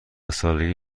سالگی